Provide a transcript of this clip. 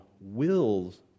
wills